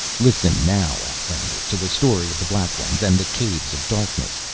listen now, outlander, to the story of the black ones and the caves of darkness,